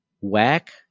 whack